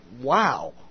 wow